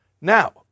Now